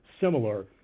similar